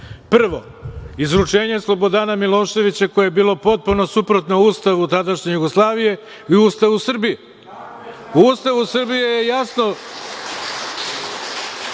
Prvo, izručenje Slobodana Miloševića koje je bilo potpuno suprotno Ustavu tadašnje Jugoslavije i Ustavu Srbije. U Ustavu Srbije je jasno